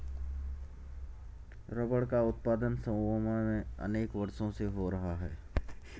rubber का उत्पादन Samoa में अनेक वर्षों से हो रहा है